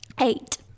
eight